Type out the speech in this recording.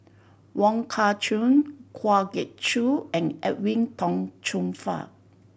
Wong Kah Chun Kwa Geok Choo and Edwin Tong Chun Fai